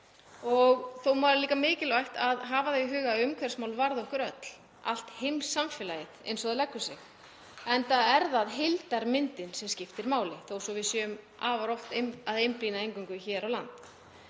Þá er líka mikilvægt að hafa það í huga að umhverfismál varða okkur öll, allt heimssamfélagið eins og það leggur sig, enda er það heildarmyndin sem skiptir máli þó svo við séum afar oft að einblína eingöngu á landið